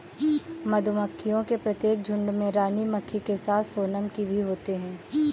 मधुमक्खियों के प्रत्येक झुंड में रानी मक्खी के साथ सोनम की भी होते हैं